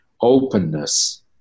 openness